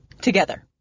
together